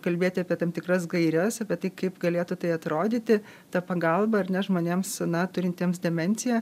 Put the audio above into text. kalbėti apie tam tikras gaires apie tai kaip galėtų tai atrodyti ta pagalba ar ne žmonėms na turintiems demenciją